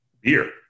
beer